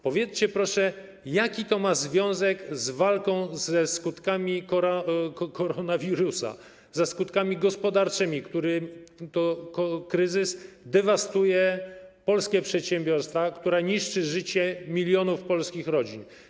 Powiedzcie, proszę, jaki to ma związek z walką ze skutkami koronawirusa, ze skutkami gospodarczymi, który to kryzys dewastuje polskie przedsiębiorstwa, który niszczy życie milionów polskich rodzin.